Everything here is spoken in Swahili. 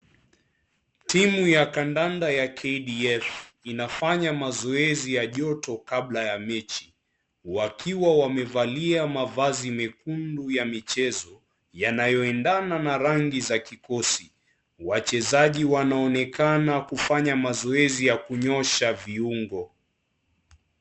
Timu ya kandanda ya KDF inafanya mazoezi ya joto kabla ya mechi wakiwa wamevalia mavazi mekundu ya michezo yanayoendana na rangi za kikosi, wachezaji wanaonekana kufanya mazoezi ya kunyoosha viungo.